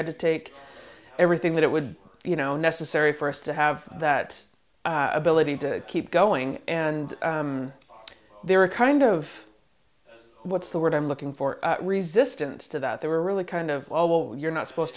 had to take everything that it would you know necessary for us to have that ability to keep going and they were kind of what's the word i'm looking for resistance to that they were really kind of oh well you're not supposed